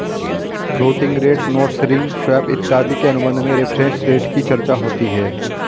floating rate notes ring swap इत्यादि के अनुबंध में रेफरेंस रेट की चर्चा होती है